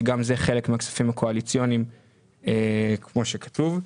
שגם זה חלק מהכספים הקואליציוניים כמו שכתוב.